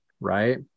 right